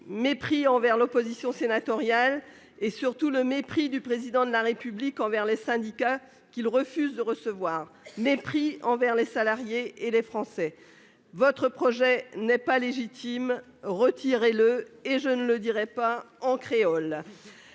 mépris envers l'opposition sénatoriale, et surtout mépris du Président de la République envers les syndicats, qu'il refuse de recevoir, mépris envers les salariés et les Français. Votre projet n'est pas légitime ; retirez-le ! Il y aura encore